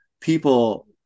people